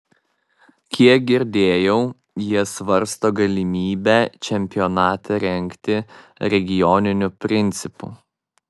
kiek girdėjau jie svarsto galimybę čempionatą rengti regioniniu principu